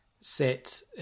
set